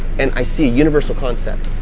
and i see a universal concept.